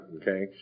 okay